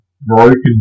broken